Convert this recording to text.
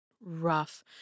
rough